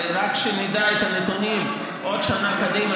הרי רק כשנדע את הנתונים עוד שנה קדימה,